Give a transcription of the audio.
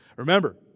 Remember